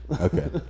Okay